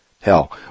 Hell